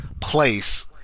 place